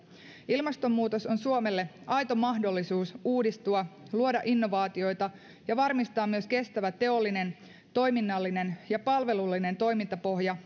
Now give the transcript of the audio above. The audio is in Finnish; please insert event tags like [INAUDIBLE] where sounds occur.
ilmastonmuutos on suomelle aito mahdollisuus uudistua luoda innovaatioita ja varmistaa myös kestävä teollinen toiminnallinen ja palvelullinen toimintapohja [UNINTELLIGIBLE]